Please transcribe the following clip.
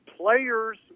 players